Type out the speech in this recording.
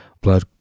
blood